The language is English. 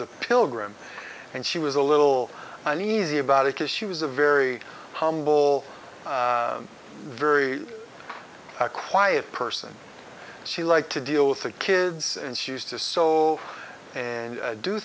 the pilgrim and she was a little uneasy about it because she was a very humble very quiet person she liked to deal with the kids and she used to sew and do